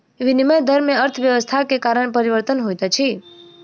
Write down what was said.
विनिमय दर में अर्थव्यवस्था के कारण परिवर्तन होइत अछि